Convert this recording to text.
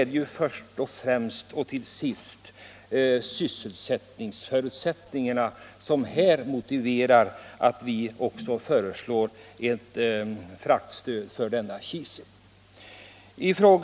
Det är av sysselsättningsmotiv som vi föreslår ett fraktstöd för kisel.